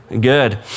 Good